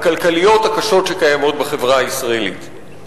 הכלכליות הקשות שקיימות בחברה הישראלית.